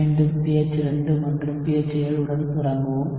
மீண்டும் pH 2 மற்றும் pH 7 உடன் தொடங்குவோம்